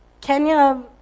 Kenya